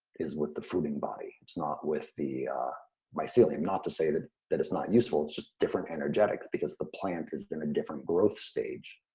is with the fruiting body. it's not with the mycelium. not to say that that it's not useful, it's just different energetics because the plant has been in different growth stage.